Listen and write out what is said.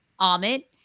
Amit